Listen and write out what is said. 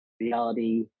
reality